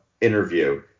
interview